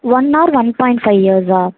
one or one point five இயர்ஸா